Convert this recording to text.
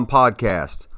podcast